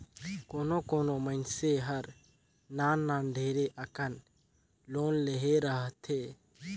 कोनो कोनो मइनसे हर नान नान ढेरे अकन लोन लेहे रहथे